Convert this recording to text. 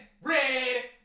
red